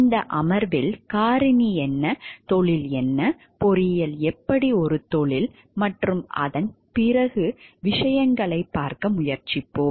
இந்த அமர்வில் காரணி என்ன தொழில் என்ன பொறியியல் எப்படி ஒரு தொழில் மற்றும் அதன் பிறகு விஷயங்களைப் பார்க்க முயற்சிப்போம்